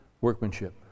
workmanship